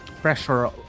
pressure